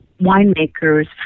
winemakers